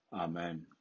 Amen